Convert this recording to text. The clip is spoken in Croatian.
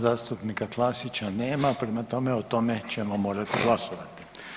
Zastupnika Klasića nema, prema tome, o tome ćemo morati glasovati.